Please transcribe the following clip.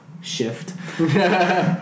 shift